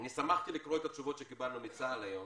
שמחתי לקרוא את התשובות שקיבלנו מצה"ל היום.